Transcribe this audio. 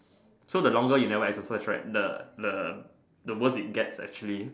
so the longer you never exercise right the worse it gets actually